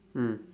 mm